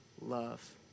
love